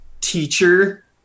teacher